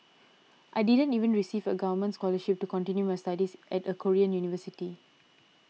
I didn't even receive a government scholarship to continue my studies at a Korean university